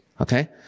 okay